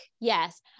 yes